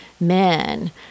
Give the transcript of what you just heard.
men